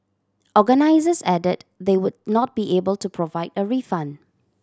organisers added that they would not be able to provide a refund